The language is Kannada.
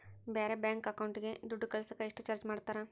ಬೇರೆ ಬ್ಯಾಂಕ್ ಅಕೌಂಟಿಗೆ ದುಡ್ಡು ಕಳಸಾಕ ಎಷ್ಟು ಚಾರ್ಜ್ ಮಾಡತಾರ?